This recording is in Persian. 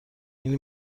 این